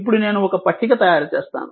ఇప్పుడు నేను ఒక పట్టిక తయారు చేస్తాను